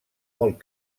molt